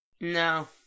no